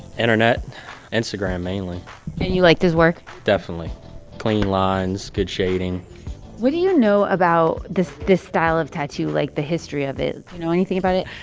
internet instagram mainly and you liked his work? definitely clean lines, good shading what do you know about this this style of tattoo, like the history of it? do you know anything about it?